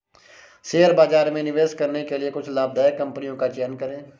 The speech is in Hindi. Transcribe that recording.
शेयर बाजार में निवेश करने के लिए कुछ लाभदायक कंपनियों का चयन करें